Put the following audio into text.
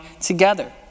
together